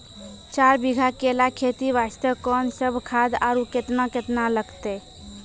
चार बीघा केला खेती वास्ते कोंन सब खाद आरु केतना केतना लगतै?